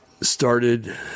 started